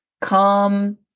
Come